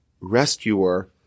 rescuer